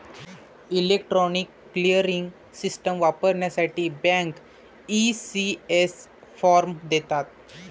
electronic clearing system वापरण्यासाठी bank, ECS form देतात